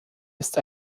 ist